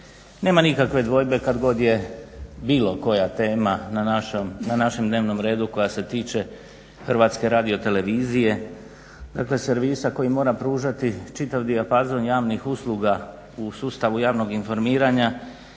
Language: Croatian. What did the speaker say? Nema nikakve dvojbe kad god je bilo koja tema na našem dnevnom redu koja se tiče HRT-a, dakle servisa koji mora pružati čitav dijapazon javnih usluga u sustavu javnog informiranja,